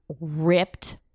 ripped